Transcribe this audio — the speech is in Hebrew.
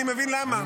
אני מבין למה,